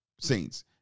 Saints